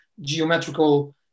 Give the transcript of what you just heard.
geometrical